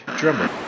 drummer